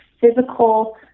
physical